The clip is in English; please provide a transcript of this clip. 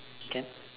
can